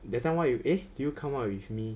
that time what you eh did you come up with me